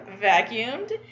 vacuumed